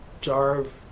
Jarv